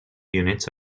units